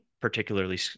particularly